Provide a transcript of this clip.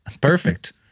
Perfect